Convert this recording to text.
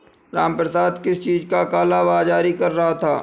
रामप्रसाद किस चीज का काला बाज़ारी कर रहा था